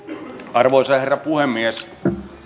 arvoisa herra puhemies